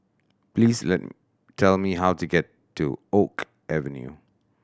please tell me how to get to Oak Avenue